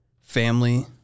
family